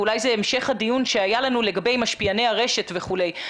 וזה אולי המשך הדיון שהיה לנו לגבי משפיעני הרשת וכו',